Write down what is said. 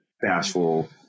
Bashful